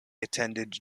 attended